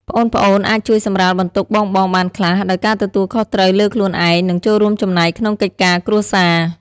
ប្អូនៗអាចជួយសម្រាលបន្ទុកបងៗបានខ្លះ ដោយការទទួលខុសត្រូវលើខ្លួនឯង និងចូលរួមចំណែកក្នុងកិច្ចការគ្រួសារ។